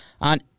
on